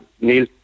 Neil